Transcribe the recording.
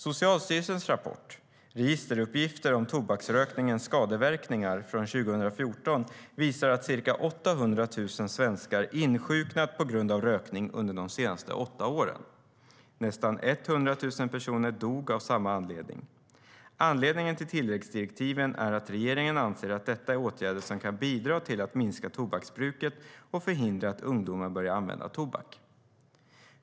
Socialstyrelsens rapport Registeruppgifter om tobaksrökningens skadeverkningar från 2014 visar att ca 800 000 svenskar insjuknat på grund av rökning under de senaste åtta åren. Nästan 100 000 personer dog av samma anledning. Anledningen till tilläggsdirektiven är att regeringen anser att detta är åtgärder som kan bidra till att minska tobaksbruket och förhindra att ungdomar börjar använda tobak.